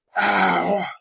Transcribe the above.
Ow